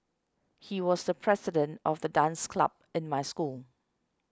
he was the president of the dance club in my school